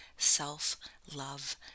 self-love